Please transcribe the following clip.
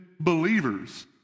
believers